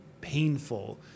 painful